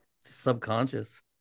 Subconscious